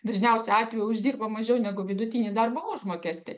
dažniausiu atveju uždirba mažiau negu vidutinį darbo užmokestį